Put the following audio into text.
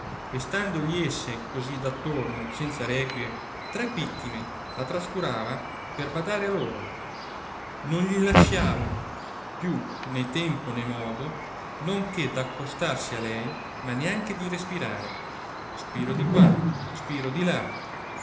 e standogli esse così d'attorno senza requie tre pittime la trascurava per badare a loro non gli lasciavano più né tempo né modo non che d'accostarsi a lei ma neanche di respirare spiro di qua spiro di là